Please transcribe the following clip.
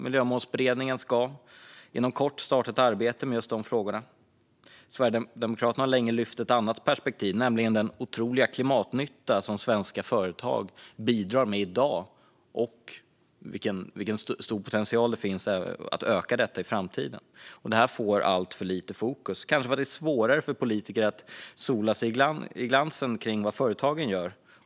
Miljömålsberedningen ska inom kort starta ett arbete med just de frågorna. Sverigedemokraterna har länge lyft ett annat perspektiv, nämligen den otroliga klimatnytta som svenska företag bidrar med i dag och vilken stor potential det finns att öka detta i framtiden. Detta får alltför lite fokus, kanske för att det är svårare för politiker att sola sig i glansen av vad företagen gör.